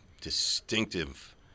distinctive